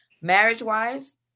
Marriage-wise